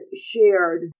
shared